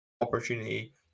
opportunity